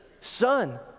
son